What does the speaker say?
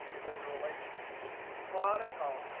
and there's a relationship between the product column.